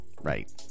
right